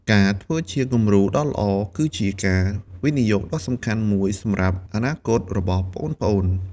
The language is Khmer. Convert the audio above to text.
ការធ្វើជាគំរូដ៏ល្អគឺជាការវិនិយោគដ៏សំខាន់មួយសម្រាប់អនាគតរបស់ប្អូនៗ ។